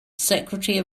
secretary